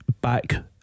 back